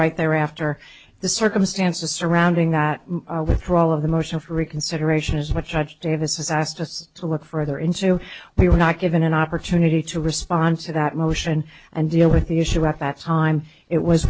right there after the circumstances surrounding that withdrawal of the motion for reconsideration as much davis has asked us to look further into we were not given an opportunity to respond to that motion and deal with the issue at that time it was